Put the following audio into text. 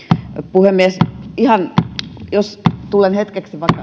puhemies jos tulen hetkeksi